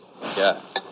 Yes